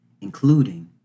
including